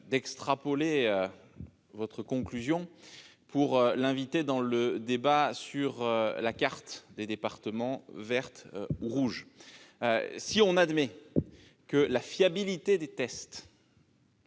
-d'extrapoler votre conclusion pour l'inviter dans le débat sur la carte des départements, représentés en vert ou en rouge. Si l'on admet que la fiabilité des tests